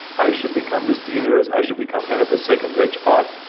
i should become mr. universe, i should become kind of a second reg park.